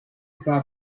far